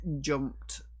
jumped